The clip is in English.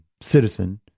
citizen